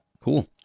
Cool